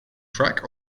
track